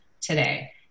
today